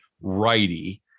righty